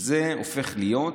זה הופך להיות,